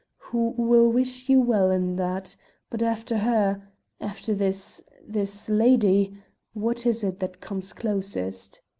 who will wish you well in that but after her after this this lady what is it that comes closest?